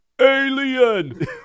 alien